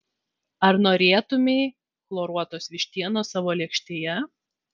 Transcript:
ar norėtumei chloruotos vištienos savo lėkštėje